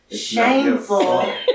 shameful